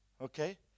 Okay